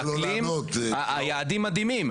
היעדים מדהימים,